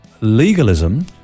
legalism